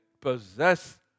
possess